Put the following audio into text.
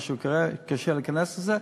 מה שיקרה, שיהיה קשה להיכנס לזה,